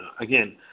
Again